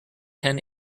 ten